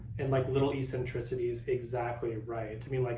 and like little eccentricities, exactly right. i mean, like